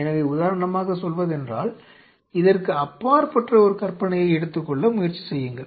எனவே உதாரணமாக சொல்வதென்றால் இதற்கு அப்பாற்பட்ட ஒரு கற்பனையை எடுத்துக் கொள்ள முயற்சி செய்யுங்கள்